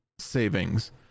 savings